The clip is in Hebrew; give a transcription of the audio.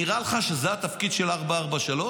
נראה לך שזה התפקיד של 443?